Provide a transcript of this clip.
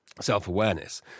self-awareness